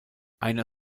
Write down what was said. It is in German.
einer